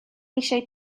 eisiau